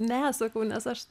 ne sakau nes aš